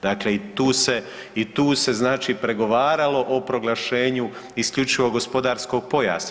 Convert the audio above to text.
Dakle i tu se, znači pregovaralo o proglašenju isključivog gospodarskog pojasa.